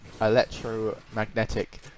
electromagnetic